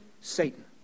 Satan